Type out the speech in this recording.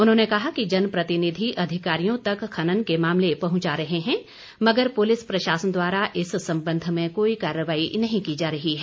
उन्होंने कहा कि जनप्रतिनिधि अधिकारियों तक खनन के मामले पहुंचा रहे है मगर पुलिस प्रशासन द्वारा इस संबंध में कोई कार्रवाई नहीं की जा रही है